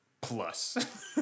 plus